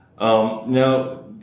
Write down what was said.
Now